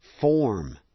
form